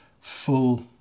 full